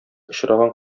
очраган